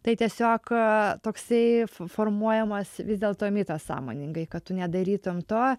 tai tiesiog toksai formuojamas vis dėlto mitas sąmoningai kad tu nedarytum to